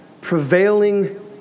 prevailing